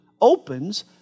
opens